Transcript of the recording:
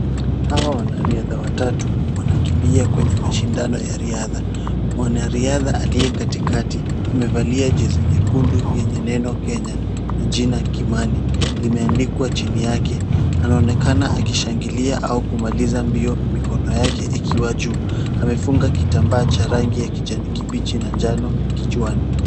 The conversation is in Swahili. Hawa wanariadha watatu wanakimbia kwenye mashindano ya riadha. Mwanariadha aliye katikati amevalia jezi nyekundu yenye neno Kenya na jina Kimani limeandikwa chini yake. Anaonekana akishangilia au kumaliza mbio mikono yake ikiwa juu. Amefunga kitambaa cha rangi ya kijani kibichi na njano kichwani.